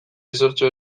ezertxo